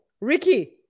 Ricky